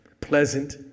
pleasant